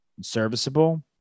serviceable